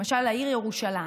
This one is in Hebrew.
למשל העיר ירושלים,